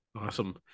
Awesome